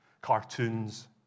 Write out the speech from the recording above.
cartoons